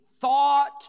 thought